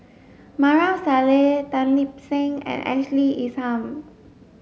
Maarof Salleh Tan Lip Seng and Ashley Isham